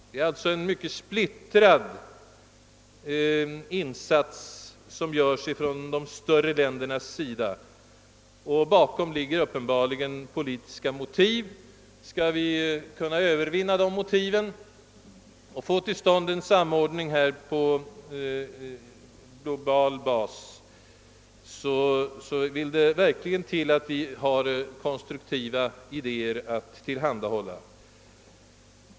Det är alltså en mycket splittrad insats som görs av de större länderna, och bakom detta ligger uppenbarligen politiska motiv. Skall vi kunna få bort de motiven och få till stånd en global samordning vill det verkligen till att vi har konstruktiva och slagkraftiga idéer att tillhandahålla.